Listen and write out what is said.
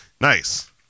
Nice